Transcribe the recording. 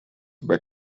where